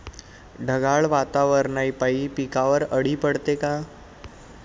ढगाळ वातावरनापाई पिकावर अळी पडते का?